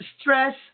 stress